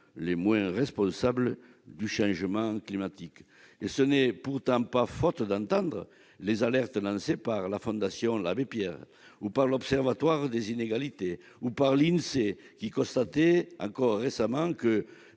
les moins responsables du changement climatique. Ce n'est pourtant pas faute d'entendre les alertes lancées par la Fondation Abbé Pierre, l'Observatoire des inégalités ou l'Insee, qui constataient encore récemment que